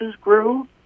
grew